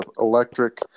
electric